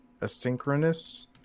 Asynchronous